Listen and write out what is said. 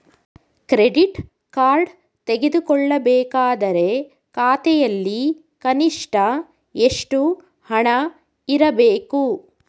Credit card ತೆಗೆದುಕೊಳ್ಳಬೇಕಾದರೆ ಖಾತೆಯಲ್ಲಿ ಕನಿಷ್ಠ ಎಷ್ಟು ಹಣ ಇರಬೇಕು?